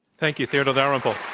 thank you, theodore dalrymple.